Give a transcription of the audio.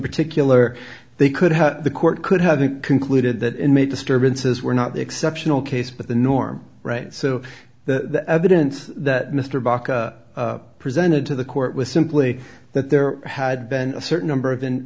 particular they could have the court could have it concluded that it made disturbances were not the exceptional case but the norm right so the evidence that mr baka presented to the court was simply that there had been a certain number of